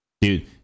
Dude